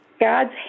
God's